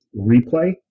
replay